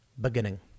beginning